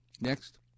Next